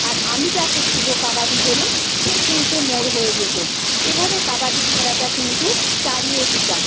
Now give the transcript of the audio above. আর আমি যাকে ছোঁবো কাবাডি বলে সে কিন্তু মোর হয়ে যেত এ ভাবে কাবাডি খেলাটা কিন্তু চাড়িয়ে দিতাম